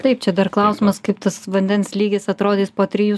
taip čia dar klausimas kaip tas vandens lygis atrodys po trijų